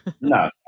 No